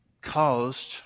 caused